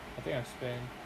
I think I spent